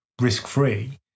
risk-free